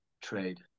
trade